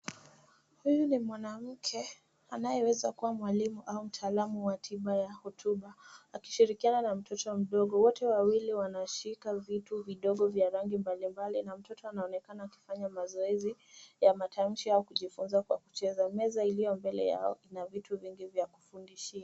Huyu ni mwanamke anayeweza kuwa mwalimu au mtaalamu wa tiba ya hotuba akishirikiana na mtoto mdogo. Wote wawili wanashika vitu vidogo vya rangi mbalimbali na mtoto anaonekana akifanya mazoezi ya matamshi au kujifunza kwa kucheza. Meza iliyo mbele yao ina vitu vingi vya kufundishia.